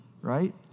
right